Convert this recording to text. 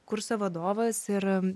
kurso vadovas ir